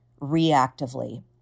reactively